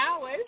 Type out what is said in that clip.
hours